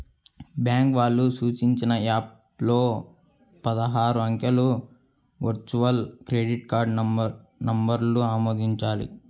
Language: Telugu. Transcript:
బ్యాంకు వాళ్ళు సూచించిన యాప్ లో పదహారు అంకెల వర్చువల్ క్రెడిట్ కార్డ్ నంబర్ను ఆమోదించాలి